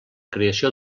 creació